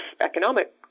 economic